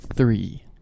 Three